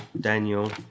Daniel